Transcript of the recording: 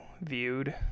viewed